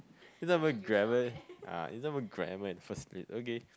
it's not even grammar uh it's not even grammar in the first place okay